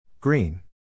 Green